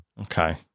Okay